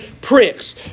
pricks